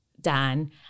Dan